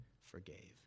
forgave